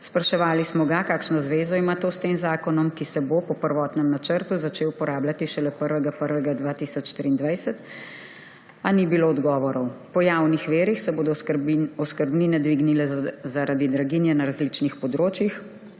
Spraševali smo ga, kakšno zvezo ima to s tem zakonom, ki se bo po prvotnem načrtu začel uporabljati šele 1. 1. 2023, a ni bilo odgovorov. Po javnih virih se bodo oskrbnine dvignile zaradi draginje na različnih področjih,